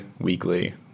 weekly